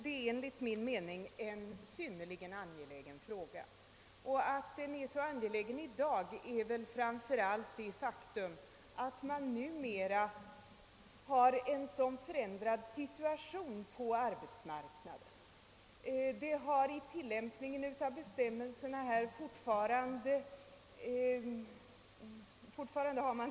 Det är enligt min mening en synnerligen angelägen fråga, framför allt därför att situationen på arbetsmarknaden nu är så förändrad.